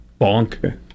Bonk